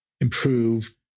improve